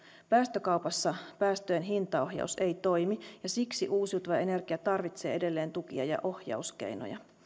päästökaupassa päästöjen hintaohjaus ei toimi ja siksi uusiutuva energia tarvitsee edelleen tukia ja ohjauskeinoja